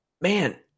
Man